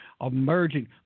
Emerging